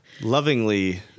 lovingly